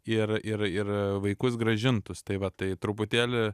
ir ir ir vaikus grąžintus tai va tai truputėlį